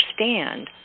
understand